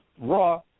raw